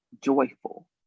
joyful